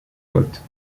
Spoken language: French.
vote